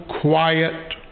quiet